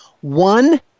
One